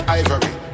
ivory